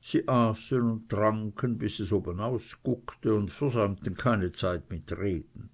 sie aßen und tranken bis es obenaus guckte und versäumten keine zeit mit reden